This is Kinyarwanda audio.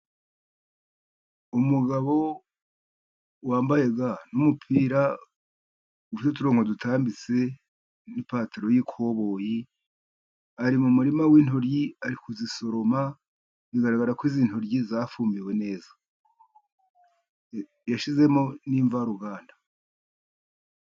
Umugabo wambaye ga n'umupira ufite uturonko dutambitse n'ipataro y'ikoboyi, ari mu murima w'intoryi ari kuzisoroma bigaragarako izi ntoryi zafumbiwe, yashyizemo n'imvaruganda.